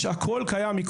הכול קיים.